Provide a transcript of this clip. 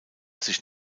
sich